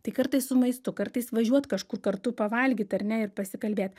tai kartais su maistu kartais važiuot kažkur kartu pavalgyt ar ne ir pasikalbėt